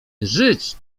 żyć